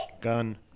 Gun